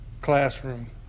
classroom